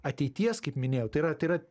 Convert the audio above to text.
ateities kaip minėjau tai yra tai yra